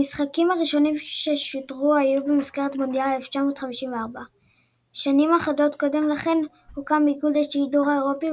המשחקים הראשונים ששודרו היו במסגרת מונדיאל 1954. שנים אחדות קודם לכן הוקם איגוד השידור האירופי,